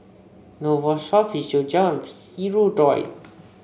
Novosource Physiogel and Hirudoid